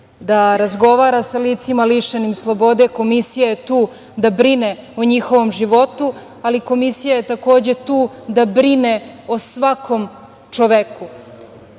da razgovara sa licima lišenim slobode. Komisija je tu da brine o njihovom životu, ali Komisija je, takođe, tu da brine o svakom